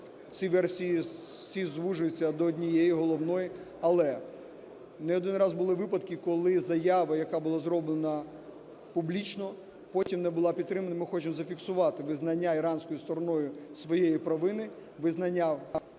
ці версії всі звужуються до однієї головної. Але не один раз були випадки, коли заява, яка була зроблена публічно, потім не була підтримана. Ми хочемо зафіксувати визнання іранською стороною своєї провини, визнання